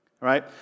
right